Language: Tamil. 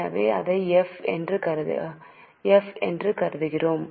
எனவே அதை எஃப்ப என்று கருதுவோம்